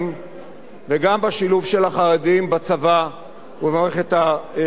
החרדים בצבא ובמערכת השירות הלאומי-אזרחי.